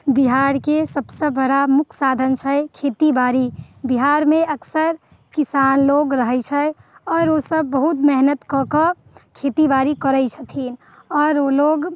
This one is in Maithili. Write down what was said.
बिहारके सभ से बड़ा मुख्य साधन छै खेतीबाड़ी बिहारमे अक्सर किसान लोग रहैत छै आओर ओ सभ बहुत मेहनत कऽकऽ खेतीबाड़ी करैत छथिन आओर ओ लोग